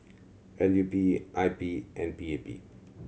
L U P I P and P A P